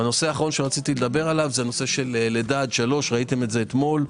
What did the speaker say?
הנושא האחרון הוא לידה עד 3. ראיתם את זה אתמול.